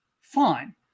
Fine